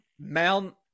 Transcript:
Mount